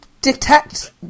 detect